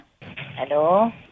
Hello